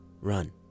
Run